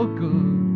good